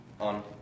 on